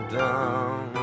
down